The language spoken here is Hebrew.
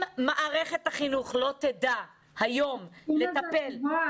אם מערכת החינוך לא תדע היום לטפל